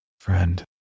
friend